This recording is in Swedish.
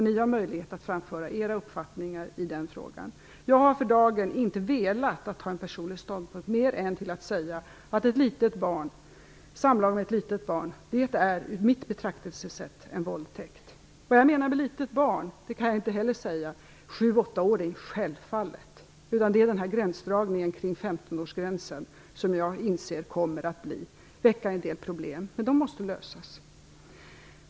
Ni har möjlighet att framföra era uppfattningar i den frågan. Jag har för dagen inte velat att ta en personlig ståndpunkt mer än att säga att samlag med ett litet barn enligt mitt betraktelsesätt är en våldtäkt. Vad jag menar med litet barn kan jag inte heller säga. En sjuåttaåring är självfallet ett litet barn! Det är gränsdragningen kring 15-årsgränsen som jag inser kommer att skapa en del problem, med de måste lösas.